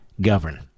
govern